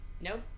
Nope